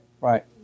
Right